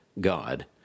God